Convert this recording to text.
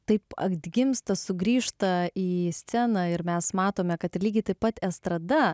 taip atgimsta sugrįžta į sceną ir mes matome kad ir lygiai taip pat estrada